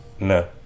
No